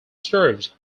served